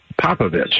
Popovich